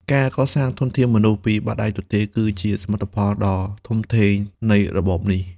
ការកសាងធនធានមនុស្សពីបាតដៃទទេ គឺជាសមិទ្ធផលដ៏ធំធេងនៃរបបនេះ។